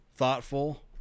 Thoughtful